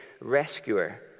rescuer